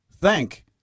thank